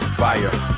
fire